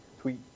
tweet